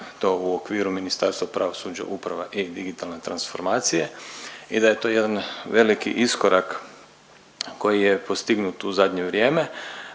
to u okviru Ministarstvu pravosuđa, uprave i digitalne transformacije i da je to jedan veliki iskorak koji je postignut u zadnje vrijeme